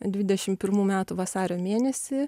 dvidešim pirmų metų vasario mėnesį